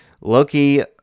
Loki